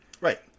Right